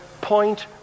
point